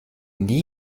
nie